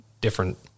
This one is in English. different